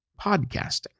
podcasting